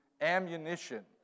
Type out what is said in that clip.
ammunition